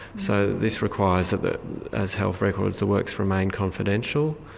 so this requires that, as health records, the works remain confidential.